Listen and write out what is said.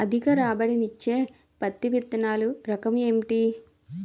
అధిక రాబడి ఇచ్చే పత్తి విత్తనములు రకం ఏంటి?